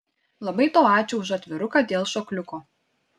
labai tau ačiū už atviruką dėl šokliuko